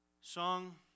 song